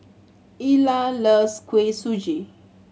Illa loves Kuih Suji